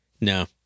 no